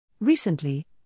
Recently